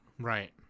Right